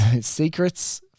Secrets